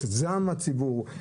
את זעם הציבור,